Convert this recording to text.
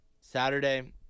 Saturday